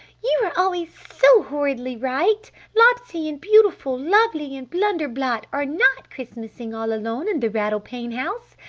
you are always so horridly right! lopsy and beautiful-lovely and blunder-blot are not christmasing all alone in the rattle-pane house!